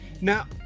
Now